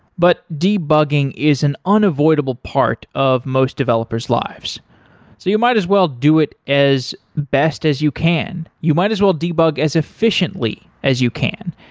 but debugging is an unavoidable part of most developers' lives. so you might as well do it as best as you can. you might as well debug as efficiently as you can.